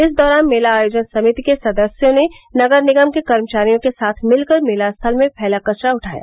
इस दौरान मेला आयोजन समिति के सदस्यों ने नगर निगम के कर्मचारियों के साथ मिलकर मेला स्थल में फैला कचरा उठाया